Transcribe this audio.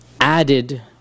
added